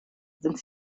sind